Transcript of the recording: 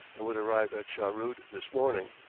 and would arrive at shahrood this morning.